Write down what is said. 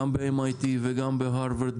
גם ב-MIT וגם בהרווארד,